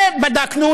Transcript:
ובדקנו,